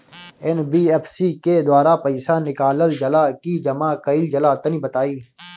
NBFC के द्वारा पईसा निकालल जला की जमा कइल जला तनि बताई?